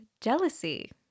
Jealousy